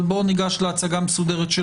אבל קודם נשמע הצגה מסודרת של